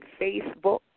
Facebook